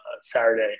Saturday